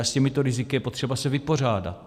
A s těmito riziky je potřeba se vypořádat.